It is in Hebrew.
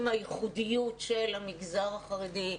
עם הייחודיות של המגזר החרדי,